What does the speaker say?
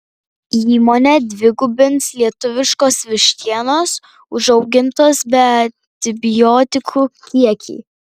įmonė dvigubins lietuviškos vištienos užaugintos be antibiotikų kiekį